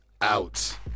out